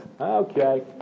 Okay